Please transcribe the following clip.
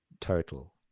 total